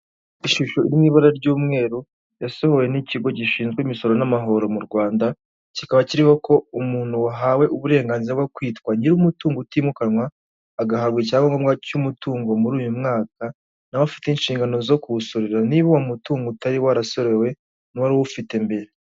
Ishusho iri mu ibara ry'umweru yasohowe n'ikigo gishinzwe imisoro n'amahoro mu Rwanda, kikaba kiriho ko umuntu wahawe uburenganzira bwo kwitwa nyiri umutungo utimukanwa, agahabwa icyangombwa cy'umutungo muri uyu mwaka nawe afite inshingano zo kuwusorera, niba uwo mutungo utari warasorewe n'uwari uwufite mbere.